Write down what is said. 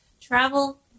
travel